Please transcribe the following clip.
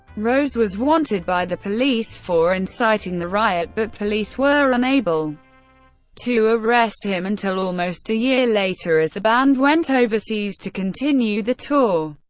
rose was wanted by the police for inciting the riot, but police were unable to arrest him until almost a year later, as the band went overseas to continue the tour.